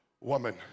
woman